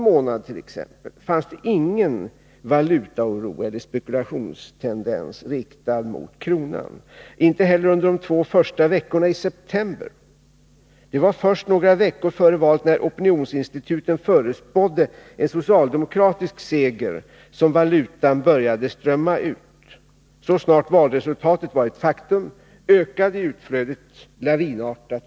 under hela augusti månad ingen valutaoro eller spekulationstendens riktad mot kronan — inte heller under de två första veckorna i september. Det var först några veckor före valet, när opinionsinstituten förutspådde en socialdemokratisk seger, som valutan började strömma ut. Så snart valresultatet var ett faktum ökade utflödet lavinartat.